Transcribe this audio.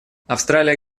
австралия